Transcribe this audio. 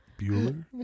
Bueller